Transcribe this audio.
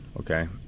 okay